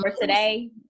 today